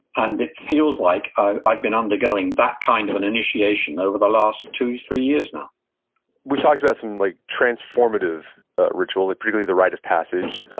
and it feels like i've been undergoing that kind of an initiation over the last three years now we've talked about some like transformative rituals, particularly the rite of passage,